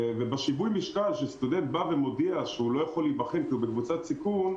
ובשיווי משקל שסטודנט מודיע שהוא לא יכול להיבחן כי הוא בקבוצת סיכון,